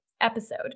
episode